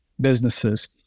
businesses